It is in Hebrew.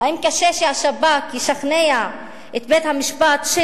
האם קשה שהשב"כ ישכנע את בית-המשפט של